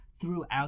throughout